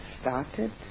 started